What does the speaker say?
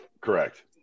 Correct